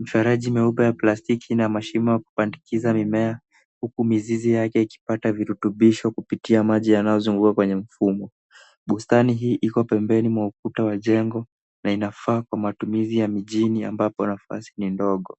Mifereji meupe ya plastiki na mashimo ya kupandikiza mimea, huku mizizi yake ikipata virutubisho kupitia maji yanayozunguka kwenye mfumo. Bustani hii iko pembeni mwa ukuta wa jengo na inafaa kwa matumizi ya mijini ambapo nafasi ni ndogo.